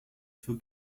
für